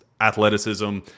athleticism